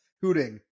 hooting